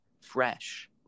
Fresh